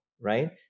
right